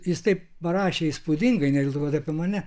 jis taip parašė įspūdingai negalvokit kad apie mane